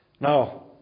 Now